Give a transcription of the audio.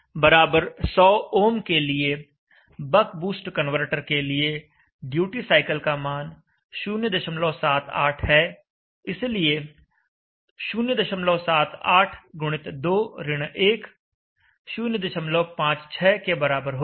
अब R0100 ohm के लिए बक बूस्ट कन्वर्टर के लिए ड्यूटी साइकिल का मान 078 है इसलिए 078 गुणित 2 ऋण 1 056 के बराबर होगा